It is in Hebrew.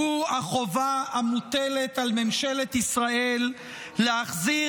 והוא החובה המוטלת על ממשלת ישראל להחזיר